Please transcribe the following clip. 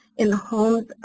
in the homes,